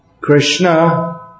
Krishna